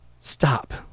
Stop